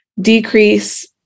decrease